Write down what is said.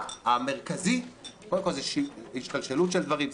האקט המרכזי קודם כול זה השתלשלות של דברים,